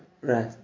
Right